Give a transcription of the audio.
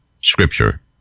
Scripture